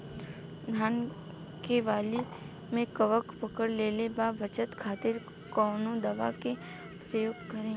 धान के वाली में कवक पकड़ लेले बा बचाव खातिर कोवन दावा के प्रयोग करी?